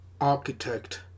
architect